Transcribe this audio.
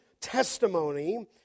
testimony